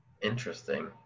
Interesting